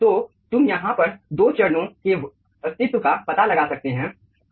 तो तुम यहाँ पर दो चरणों के अस्तित्व का पता लगा सकते हैं